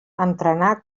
entrenar